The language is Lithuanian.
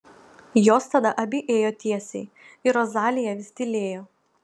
jos tada abi ėjo tiesiai ir rozalija vis tylėjo